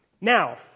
Now